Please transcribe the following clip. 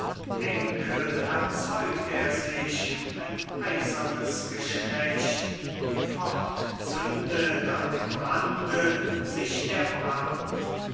enkel erzeugt er sich ein eisernes geschlecht fortzündet an dem brande sich der brand